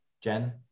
Jen